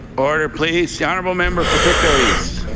order, please. the honourable member for pictou east.